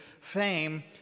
fame